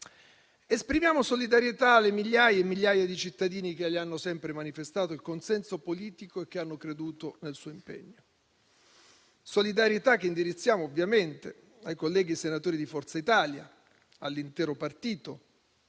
Esprimiamo solidarietà alle migliaia e migliaia di cittadini che gli hanno sempre manifestato il consenso politico e che hanno creduto nel suo impegno, solidarietà che indirizziamo ovviamente ai colleghi senatori di Forza Italia, all'intero partito